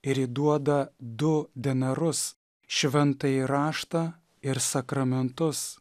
ir įduoda du denarus šventąjį raštą ir sakramentus